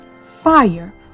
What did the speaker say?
fire